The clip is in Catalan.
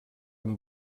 amb